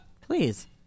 Please